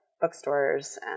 bookstores